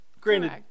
Granted